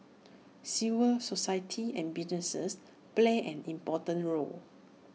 civil society and businesses play an important role